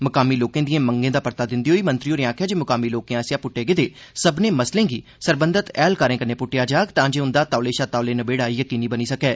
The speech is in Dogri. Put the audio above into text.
मुकामी लोकें दिएं मंगें दा परता दिंदे होई मंत्री होरें आखेआ जे मुकामी लोकें आसेआ पुद्टे गेदे सब्मनें मामलें गी सरबंघत अधिकारिएं कन्नै पुद्टेया जाग तांजे उंदा तौले शा तौले नबेड़ा यकीनी बनी सकै